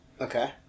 okay